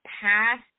past